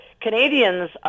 Canadians